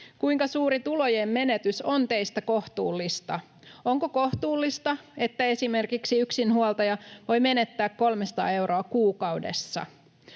Kuinka suuri tulojen menetys on teistä kohtuullista? Onko kohtuullista, että esimerkiksi yksinhuoltaja voi menettää 300 euroa kuukaudessa?